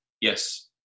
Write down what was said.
Yes